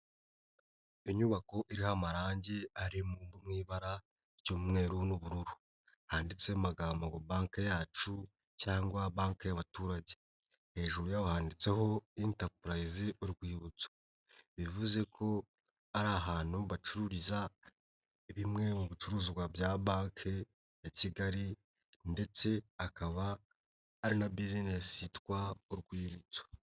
Iyo inyubako iriho amarangi ari mu ibara ry'umweru n'ubururu handitseho amagambo banki yacu cyangwa banki y'abaturage hejuru 'y'handitseho intapurazyize Urwibutso. Bivuze ko ari ahantu bacururiza bimwe mu bicuruzwa bya Banki ya Kigali, ndetse akaba ari na bizinesi yitwa Urwibutso.